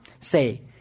say